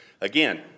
Again